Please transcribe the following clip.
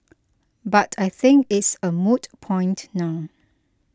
but I think it's a moot point now